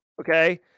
okay